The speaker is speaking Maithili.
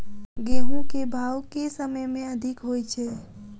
गेंहूँ केँ भाउ केँ समय मे अधिक होइ छै?